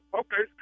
okay